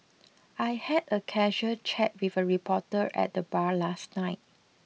I had a casual chat with a reporter at the bar last night